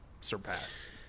surpass